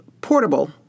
portable